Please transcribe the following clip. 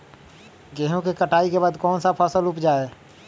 गेंहू के कटाई के बाद कौन सा फसल उप जाए?